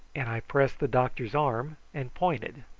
and i pressed the doctor's arm and pointed.